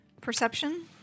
perception